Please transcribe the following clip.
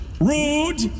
Rude